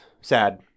sad